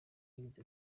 yagize